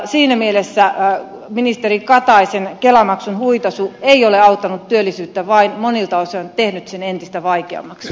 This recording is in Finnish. siinä mielessä ministeri kataisen kelamaksun huitaisu ei ole auttanut työllisyyttä vaan on monilta osin tehnyt sen entistä vaikeammaksi